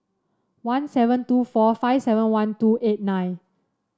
one seven two four five seven one two eight nine